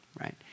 right